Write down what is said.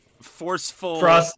forceful